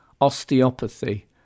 osteopathy